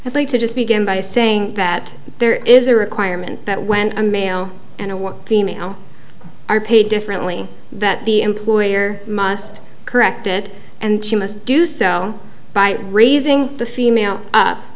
think to just begin by saying that there is a requirement that when a male and female are paid differently that the employer must correct it and she must do so by raising the female up